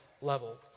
level